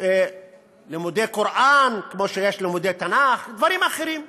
לימודי קוראן, כמו שיש לימודי תנ"ך, דברים אחרים,